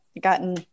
gotten